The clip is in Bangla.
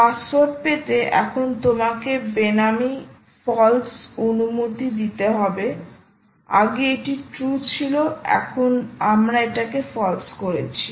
পাসওয়ার্ড পেতে এখন তোমাকে বেনামি ফলস অনুমতি দিতে হবে আগে এটি ট্রু ছিল এখন আমরা এটাকে ফলস করেছি